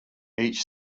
each